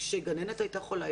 כשגננת הייתה חולה,